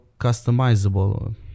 customizable